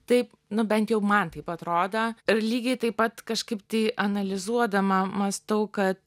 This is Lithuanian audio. taip nu bent jau man taip atrodo ir lygiai taip pat kažkaip tai analizuodama mąstau kad